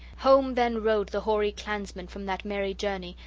home then rode the hoary clansmen from that merry journey,